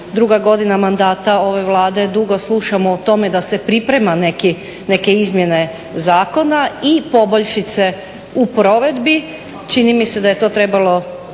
druga godina mandata ove Vlade, dugo slušamo o tome da se pripremaju neke izmjene zakona i poboljšice u provedbi. Čini mi se da je to trebalo